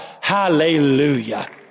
hallelujah